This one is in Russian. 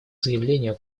заявлению